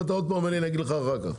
ואתה עוד פעם אומר לי: אני אגיד לך אחר כך.